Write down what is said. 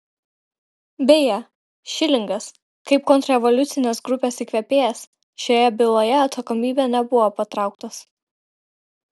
beje šilingas kaip kontrrevoliucinės grupės įkvėpėjas šioje byloje atsakomybėn nebuvo patrauktas